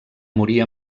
morir